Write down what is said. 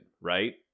right